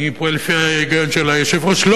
אני פועל לפי ההיגיון של היושב-ראש.